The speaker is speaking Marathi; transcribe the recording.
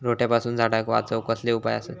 रोट्यापासून झाडाक वाचौक कसले उपाय आसत?